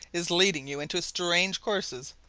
is leading you into strange courses!